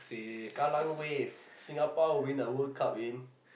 Kallang-Wave Singapore will win the World Cup again